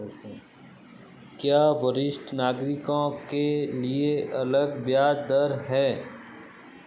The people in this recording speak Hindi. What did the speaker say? क्या वरिष्ठ नागरिकों के लिए अलग ब्याज दर है?